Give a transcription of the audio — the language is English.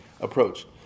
approach